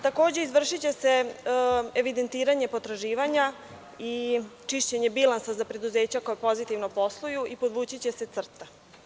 Takođe, izvršiće se evidentiranje potraživanja i čišćenje bilnsa za preduzeća koja pozitivno posluju i podvući će se crta.